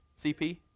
CP